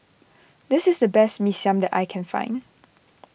this is the best Mee Siam that I can find